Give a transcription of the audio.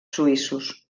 suïssos